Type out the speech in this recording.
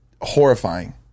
horrifying